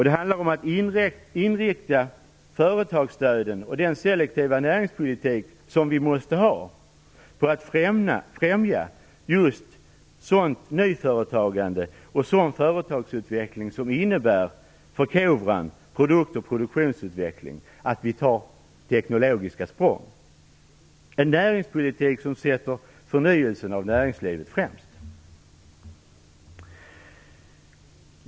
Det handlar om att inrikta företagsstöden och den selektiva näringspolitik som vi måste ha på att främja just sådant nyföretagande och sådan företagsutveckling som innebär förkovran, produkt och produktionsutveckling, att vi tar teknologiska språng. Det skall vara en näringspolitik som sätter förnyelsen av näringslivet främst.